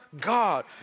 God